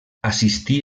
assistí